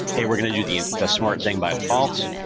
hey, we're going to do the the smart thing by default,